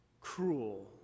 cruel